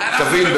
תבין,